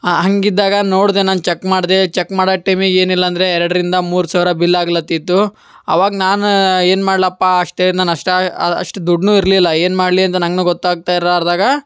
ಹಂಗಿದ್ದಾಗ ನೋಡಿದೆ ನಾನು ಚಕ್ ಮಾಡಿದೆ ಚಕ್ ಮಾಡೋ ಟೈಮಿಗೆ ಏನಿಲ್ಲ ಅಂದರೆ ಎರಡರಿಂದ ಮೂರು ಸಾವಿರ ಬಿಲ್ ಆಗ್ಲತ್ತಿತ್ತು ಆವಾಗ ನಾನು ಏನು ಮಾಡಲಪ್ಪ ಅಷ್ಟೇ ನಾನು ಅಷ್ಟು ಅಷ್ಟು ದುಡ್ಡೂ ಇರಲಿಲ್ಲ ಏನು ಮಾಡಲಿ ಅಂತ ನಂಗೂ ಗೊತ್ತಾಗ್ತಾ ಇರೋ ಅರ್ದಾಗ